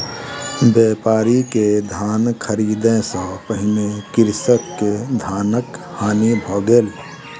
व्यापारी के धान ख़रीदै सॅ पहिने कृषक के धानक हानि भ गेल